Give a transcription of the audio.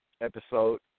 episode